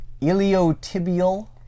Iliotibial